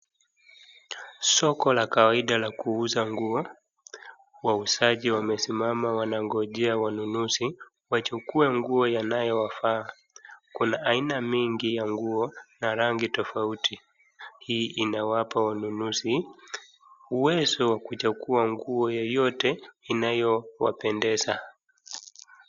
Soko la kawaida la kuuza nguo, wauzaji wamesimama wanangojea wanunuzi wachukue nguo inayowafaa, kuna aina mingi ya nguo ya rangi tofauti, hii inawapa wanunuzi uwezo wa kuchagua nguo yoyote inayowapendeza.